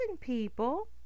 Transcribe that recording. people